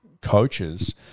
coaches